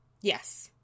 Yes